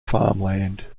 farmland